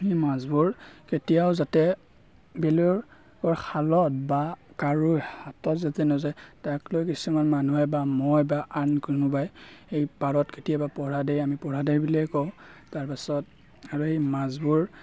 এই মাছবোৰ কেতিয়াও যাতে বেলেগৰ খালত বা কাৰো হাতত যাতে নাযায় তাক লৈ কিছুমান মানুহে বা মই বা আন কোনোবাই এই পাৰত কেতিয়াবা পহৰা দিয়া আমি পহৰা দিয়া বুলিয়ে কওঁ তাৰপাছত আৰু এই মাছবোৰ